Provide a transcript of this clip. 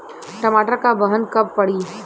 टमाटर क बहन कब पड़ी?